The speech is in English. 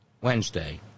Wednesday